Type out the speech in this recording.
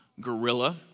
gorilla